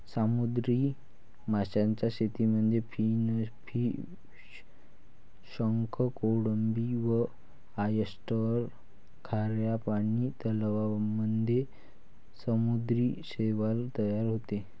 समुद्री माशांच्या शेतीमध्ये फिनफिश, शंख, कोळंबी व ऑयस्टर, खाऱ्या पानी तलावांमध्ये समुद्री शैवाल तयार होते